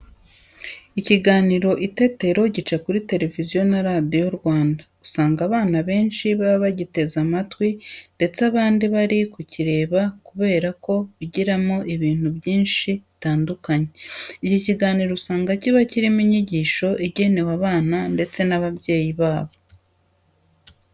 Ikiganiro Itetero gica kuri Televiziyo na Radiyo Rwanda, usanga abana benshi baba bagiteze amatwi ndetse abandi bari kukireba kubera ko bigiramo ibintu byinshi bitandukanye. Iki kiganiro usanga kiba kirimo inyigisho igenewe abana ndetse n'ababyeyi babo.